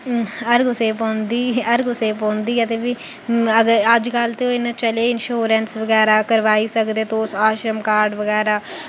हर कुसै गी पौंदी गै हर कुसै गी पौंदी गै ते फ्ही अजकल ते इ'यां चले इन्शोरेंस बगैरा करोआई सकदे तुस आश्रम वगैरा बनाओ